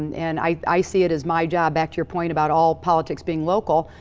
and i i see it as my job, back to your point about all politics being local,